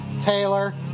Taylor